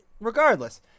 regardless